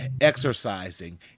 exercising